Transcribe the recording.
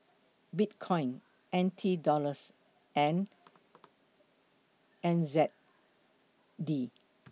Bitcoin N T Dollars and N Z D